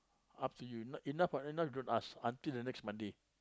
up to you no~ you enough not don't ask until the next Monday